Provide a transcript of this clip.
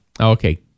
okay